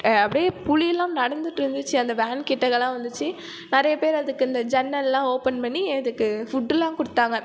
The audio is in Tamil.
அப்படியே புலிலாம் நடந்துட்டு இருந்துச்சு அந்த வேன்கிட்டகலாம் வந்துச்சு நிறைய பேர் அதுக்கு இந்த ஜன்னல்லாம் ஓப்பன் பண்ணி அதுக்கு ஃபுட்லாம் கொடுத்தாங்க